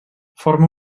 forma